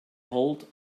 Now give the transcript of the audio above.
hold